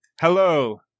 hello